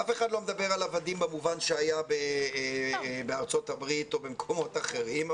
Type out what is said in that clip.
אף אחד לא מדבר על עבדים במובן שהיה בארצות-הברית או במקומות אחרים,